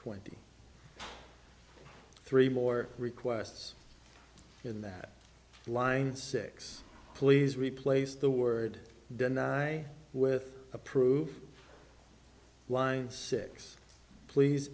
twenty three more requests in that line six please replace the word deny with approved line six please